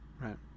right